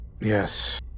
Yes